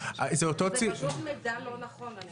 זה מידע לא נכון, אני